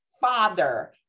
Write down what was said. father